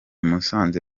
musanze